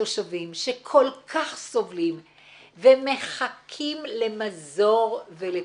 התושבים שכל כך סובלים ומחכים למזור ולפתרון.